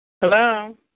Hello